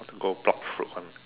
I want to go pluck fruit one